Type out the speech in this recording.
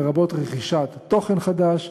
לרבות רכישת תוכן חדש,